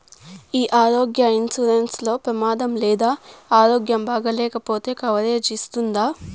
ఈ ఆరోగ్య ఇన్సూరెన్సు లో ప్రమాదం లేదా ఆరోగ్యం బాగాలేకపొతే కవరేజ్ ఇస్తుందా?